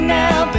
now